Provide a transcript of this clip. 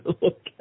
look